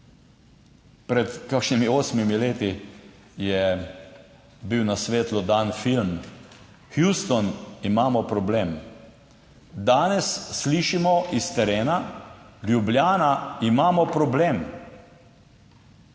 Pred kakšnimi osmimi leti je bil na svetlo dan film Houston, imamo problem! Danes slišimo s terena: Ljubljana, imamo problem!